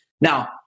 now